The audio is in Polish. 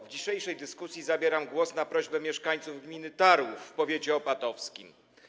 W dzisiejszej dyskusji zabieram głos na prośbę mieszkańców gminy Tarłów w powiecie opatowskim.